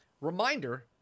reminder